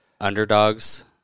underdogs